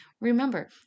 remember